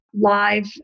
live